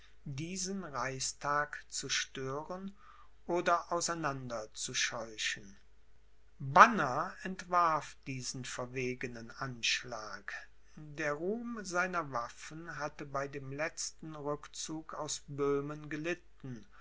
diesen reichstag zu stören oder auseinander zu scheuchen banner entwarf diesen verwegenen anschlag der ruhm seiner waffen hatte bei dem letzten rückzug aus böhmen gelitten